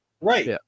right